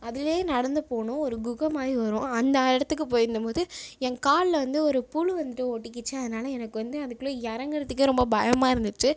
அதுலேயே நடந்து போகணும் ஒரு குகை மாதிரி வரும் அந்த இடத்துக்குப் போயிருந்த போது என் காலில் வந்து ஒரு புழு வந்துட்டு ஒட்டிக்கிச்சு அதனால் எனக்கு வந்து அதுக்குள்ளே இறங்கறத்துக்கே ரொம்ப பயமாக இருந்துச்சு